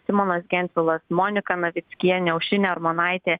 simonas gentvilas monika navickienė aušrinė armonaitė